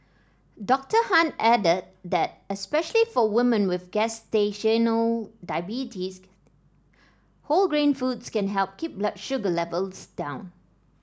Doctor Han added that especially for women with gestational diabetes whole grain foods can help keep blood sugar levels down